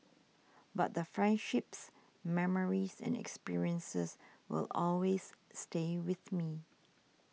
but the friendships memories and experiences will always stay with me